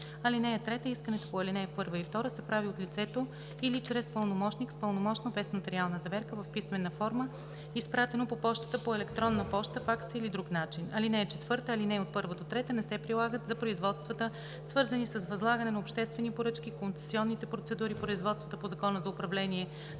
(3) Искането по ал. 1 или 2 се прави от лицето или чрез пълномощник с пълномощно без нотариална заверка в писмена форма, изпратено по пощата, по електронна поща, факс или друг начин. (4) Алинея 1 – 3 не се прилагат за производствата, свързани с възлагане на обществени поръчки, концесионните процедури, производствата по Закона за управление на